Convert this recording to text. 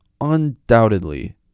undoubtedly